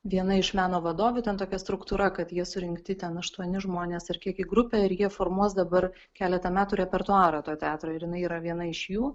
viena iš meno vadovių ten tokia struktūra kad jie surinkti ten aštuoni žmonės ar kiek į grupę ir jie formuos dabar keletą metų repertuarą to teatro ir jinai yra viena iš jų